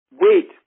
wait